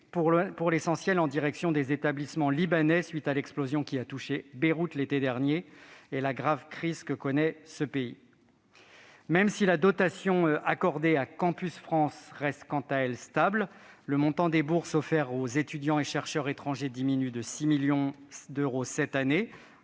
pour l'essentiel au bénéfice des établissements libanais, à la suite de l'explosion qui a touché Beyrouth l'été dernier, plongeant le Liban dans une grave crise. Même si la dotation accordée à Campus France reste, quant à elle, stable, le montant des bourses offertes aux étudiants et chercheurs étrangers diminue de 6 millions d'euros cette année,